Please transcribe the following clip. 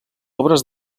obres